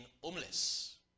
homeless